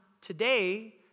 today